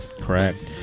Correct